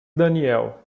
daniel